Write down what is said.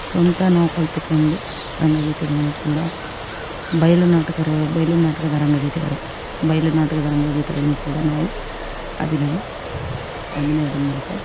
ಸ್ವಂತ ನಾವು ಕಲಿತ್ಕೊಂಡು ರಂಗಗೀತೆಗಳನ್ನು ಕೂಡ ಬಯಲು ನಾಟಕರು ಬಯಲು ನಾಟಕದ ರಂಗಗೀತೆಗಳು ಬಯಲು ನಾಟಕದ ರಂಗಗೀತೆಗಳನ್ನು ಕೂಡ ನಾವು ಅಭಿನಯ ಅಭಿನಯದ ಮೂಲಕ